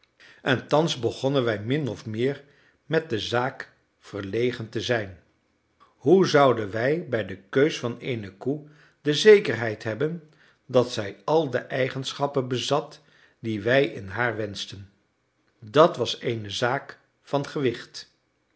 en thans begonnen wij min of meer met de zaak verlegen te zijn hoe zouden wij bij de keus van eene koe de zekerheid hebben dat zij al de eigenschappen bezat die wij in haar wenschten dat was eene zaak van gewicht